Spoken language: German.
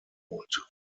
und